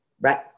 right